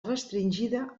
restringida